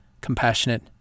compassionate